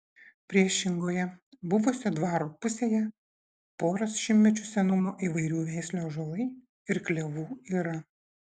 priešingoje buvusio dvaro pusėje poros šimtmečių senumo įvairių veislių ąžuolai ir klevų yra